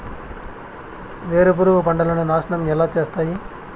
వేరుపురుగు పంటలని నాశనం ఎలా చేస్తాయి?